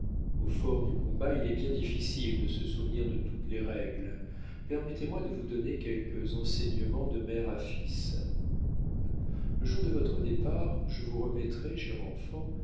au fort du combat il est bien difficile de se souvenir de toutes les règles permettez-moi de vous donner quelques enseignements de mère à fils le jour de votre départ je vous remettrai cher enfant